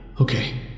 okay